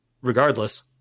Regardless